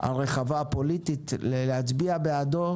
הרחבה הפוליטית להצביע בעד הצעת החוק